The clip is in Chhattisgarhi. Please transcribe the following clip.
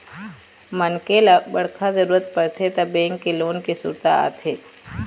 मनखे ल बड़का जरूरत परथे त बेंक के लोन के सुरता आथे